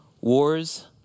wars